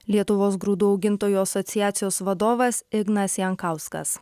lietuvos grūdų augintojų asociacijos vadovas ignas jankauskas